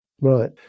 Right